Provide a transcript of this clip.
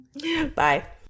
Bye